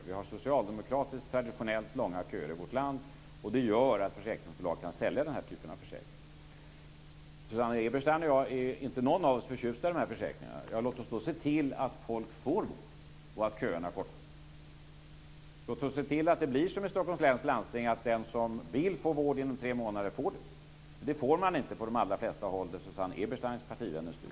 Vi har socialdemokratiskt traditionellt långa köer i vårt land, och det gör att försäkringsbolag kan sälja denna typ av försäkringar. Susanne Eberstein och jag är inte förtjusta i de här försäkringarna någon av oss. Låt oss då se till att folk får vård och att köerna kortas! Låt oss se till att det blir som i Stockholms läns landsting - att den som vill få vård inom tre månader också får det. Det får man inte på de allra flesta håll där Susanne Ebersteins partivänner styr.